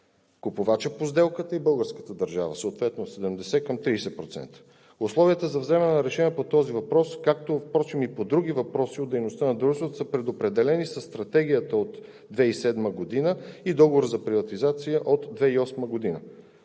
купувача по сделката и българската държава, съответно 70 към 30%. Условията за вземане на решения по този въпрос, както впрочем и по други въпроси от дейността на дружеството, са предопределени със Стратегията от 2007 г. и Договора за приватизация от 2008 г.